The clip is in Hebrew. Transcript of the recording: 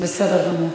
בסדר גמור.